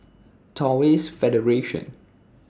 Taoist Federation